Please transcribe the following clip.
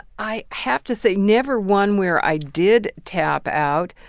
i have to say never one where i did tap out.